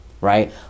right